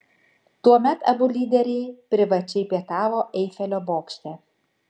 tuomet abu lyderiai privačiai pietavo eifelio bokšte